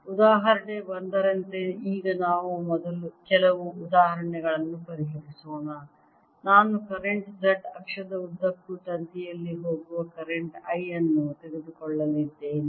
ಉದಾಹರಣೆ 1 ರಂತೆ ಈಗ ನಾವು ಕೆಲವು ಉದಾಹರಣೆಗಳನ್ನು ಪರಿಹರಿಸೋಣ ನಾನು ಕರೆಂಟ್ Z ಅಕ್ಷದ ಉದ್ದಕ್ಕೂ ತಂತಿಯಲ್ಲಿ ಹೋಗುವ ಕರೆಂಟ್ I ಅನ್ನು ತೆಗೆದುಕೊಳ್ಳಲಿದ್ದೇನೆ